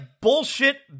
bullshit